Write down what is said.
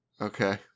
Okay